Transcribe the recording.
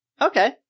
Okay